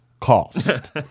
cost